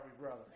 brother